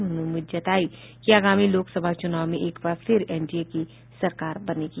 उन्होंने उम्मीद जतायी कि आगामी लोकसभा चुनाव में एक बार फिर एनडीए की सरकार बनेगी